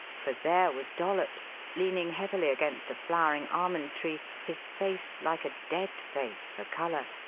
for there was dollops, leaning heavily against a flowering almond tree, his face like a dead face for colour,